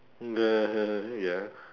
okay ya